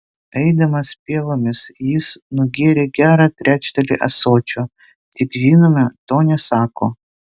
eidamas pievomis jis nugėrė gerą trečdalį ąsočio tik žinoma to nesako